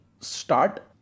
start